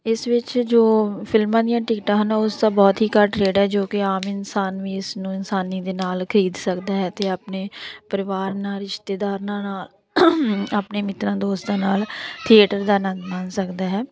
ਇਸ ਵਿੱਚ ਜੋ ਫ਼ਿਲਮਾਂ ਦੀਆਂ ਟਿਕਟਾਂ ਹਨ ਉਸ ਦਾ ਬਹੁਤ ਹੀ ਘੱਟ ਰੇਟ ਹੈ ਜੋ ਕਿ ਆਮ ਇਨਸਾਨ ਵੀ ਇਸ ਨੂੰ ਆਸਾਨੀ ਦੇ ਨਾਲ ਖਰੀਦ ਸਕਦਾ ਹੈ ਅਤੇ ਆਪਣੇ ਪਰਿਵਾਰ ਨਾਲ ਰਿਸ਼ਤੇਦਾਰਾਂ ਨਾਲ ਆਪਣੇ ਮਿੱਤਰਾਂ ਦੋਸਤਾਂ ਨਾਲ ਥੀਏਟਰ ਦਾ ਅਨੰਦ ਮਾਣ ਸਕਦਾ ਹੈ